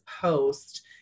post